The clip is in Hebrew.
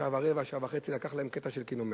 שעה ורבע, שעה וחצי לקח להם קטע של קילומטר.